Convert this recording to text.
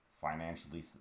financially